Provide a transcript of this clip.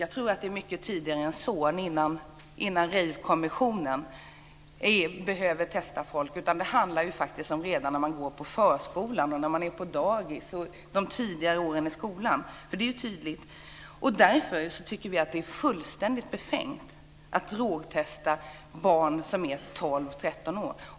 Jag tror att man ska ingripa mycket tidigare än så, innan rejvkommissionen behöver testa folk. Det handlar faktiskt redan om när man går i förskolan och under de tidigare åren i skolan. Det är tydligt. Därför tycker vi att det är fullständigt befängt att drogtesta barn som är 12-13 år.